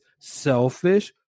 selfish